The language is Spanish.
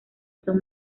son